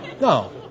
No